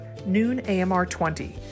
NoonAMR20